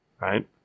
Right